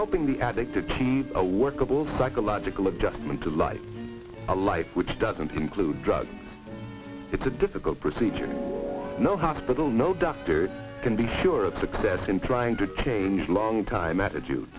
helping the addict a workable psychological adjustment to live a life which doesn't include drugs it's a difficult procedure no hospital no doctor can be sure a success in trying to change long time attitude